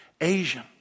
Asian